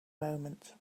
moment